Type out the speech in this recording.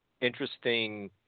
interesting